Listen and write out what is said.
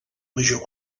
major